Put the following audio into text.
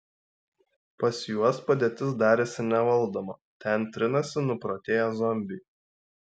pas juos padėtis darėsi nevaldoma ten trinasi nuprotėję zombiai